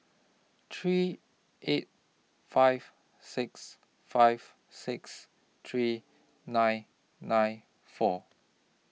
three eight five six five six three nine nine four